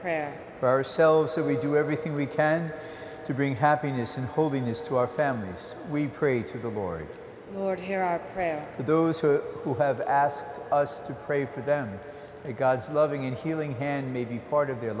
plan for ourselves so we do everything we can to bring happiness and holding this to our families we pray to the boys were here are those who have asked us to pray for them and god's loving and healing hand may be part of their